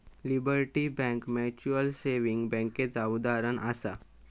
liberty bank mutual saving बैंकेचा उदाहरणं आसा